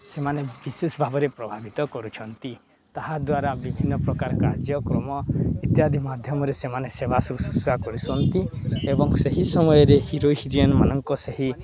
ସେମାନେ ବିଶେଷ ଭାବରେ ପ୍ରଭାବିତ କରୁଛନ୍ତି ତାହା ଦ୍ୱାରା ବିଭିନ୍ନପ୍ରକାର କାର୍ଯ୍ୟକ୍ରମ ଇତ୍ୟାଦି ମାଧ୍ୟମରେ ସେମାନେ ସେବା ଶୁଶ୍ରୂଷା କରୁଛନ୍ତି ଏବଂ ସେହି ସମୟରେ ହିରୋ ହିରୋଇନ୍ମାନଙ୍କ ସେହି